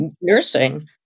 Nursing